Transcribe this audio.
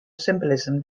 symbolism